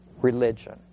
religion